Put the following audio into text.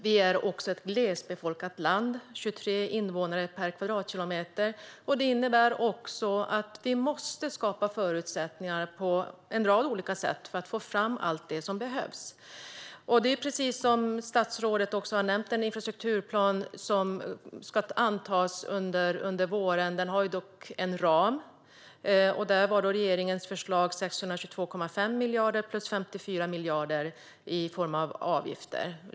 Sverige är ett glesbefolkat land med 23 invånare per kvadratkilometer. Det innebär också att vi på en rad olika sätt måste skapa förutsättningar för att få fram allt som behövs. Precis som statsrådet nämnde ska en infrastrukturplan antas under våren. Den har dock en ram, och regeringens förslag var 622,5 miljarder och 54 miljarder i form av avgifter.